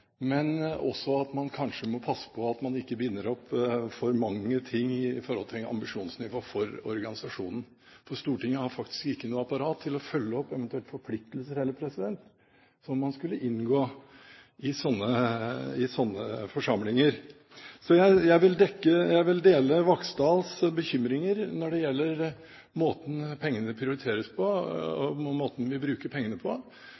at man kanskje må passe på at man ikke binder opp for mange ting i forhold til ambisjonsnivået for organisasjonen. For Stortinget har faktisk ikke noe apparat for å følge opp eventuelle forpliktelser som man skulle inngå i slike forsamlinger. Så jeg vil dele Vaksdals bekymringer når det gjelder måten pengene prioriteres på, og måten man bruker pengene på.